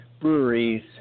breweries